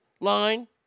line